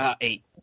Eight